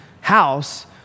house